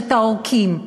ומטרשת העורקים.